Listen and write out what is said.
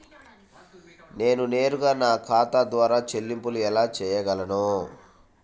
నేను నేరుగా నా ఖాతా ద్వారా చెల్లింపులు ఎలా చేయగలను?